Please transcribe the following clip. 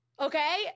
Okay